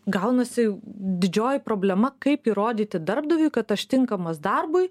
gaunasi didžioji problema kaip įrodyti darbdaviui kad aš tinkamas darbui